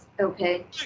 okay